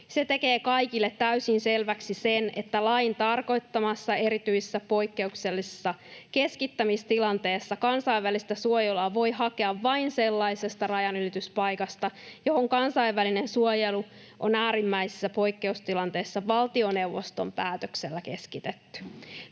Se tekee kaikille täysin selväksi, että lain tarkoittamassa erityisessä, poikkeuksellisessa keskittämistilanteessa kansainvälistä suojelua voi hakea vain sellaisesta rajanylityspaikasta, johon kansainvälinen suojelu on äärimmäisessä poikkeustilanteessa valtioneuvoston päätöksellä keskitetty.